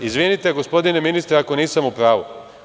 Izvinite gospodine ministre ako nisam u pravu.